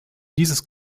dieses